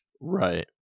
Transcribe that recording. Right